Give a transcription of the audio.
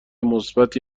مثبتی